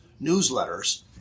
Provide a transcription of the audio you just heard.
newsletters